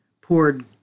poured